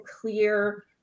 clear